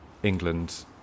England